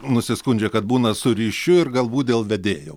nusiskundžia kad būna su ryšiu ir galbūt dėl vedėjo